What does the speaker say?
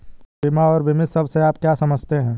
बीमा और बीमित शब्द से आप क्या समझते हैं?